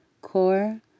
core